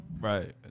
Right